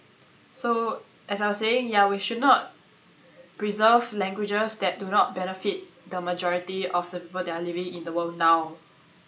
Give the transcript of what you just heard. so as I was saying ya we should not preserve languages that do not benefit the majority of the people that are living in the world now